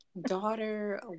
daughter